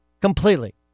Completely